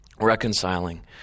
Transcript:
Reconciling